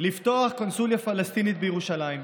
לפתוח קונסוליה פלסטינית בירושלים.